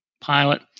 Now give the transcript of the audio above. pilot